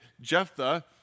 Jephthah